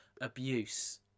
abuse